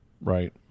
right